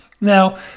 Now